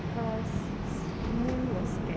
cause moon was scared